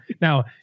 now